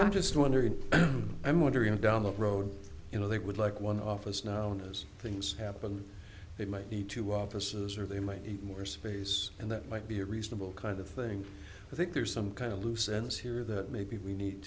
i'm just wondering i'm wondering down the road you know they would like one office now knows things happen they might need to offices or they might need more space and that might be a reasonable kind of thing i think there's some kind of loose ends here that maybe we need